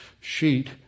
sheet